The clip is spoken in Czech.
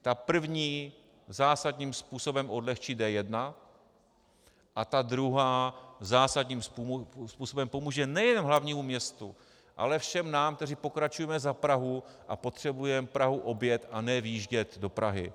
Ta první zásadním způsobem odlehčí D1 a ta druhá zásadním způsobem pomůže nejenom hlavnímu městu, ale všem nám, kteří pokračujeme za Prahu a potřebujeme Prahu objet, a ne vjíždět do Prahy.